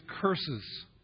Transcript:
curses